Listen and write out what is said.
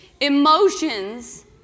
Emotions